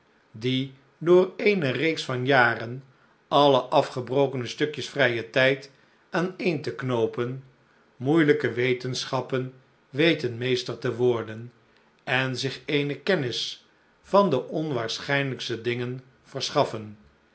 die door eene reeks van jaren alle afgebrokene stukjes vrijen tijd aaneen te knoopen moeielijke wetenschappen weten meester te worden en zich eene kennis van de onwaarschijnlijkste dingen verschaffen